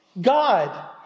God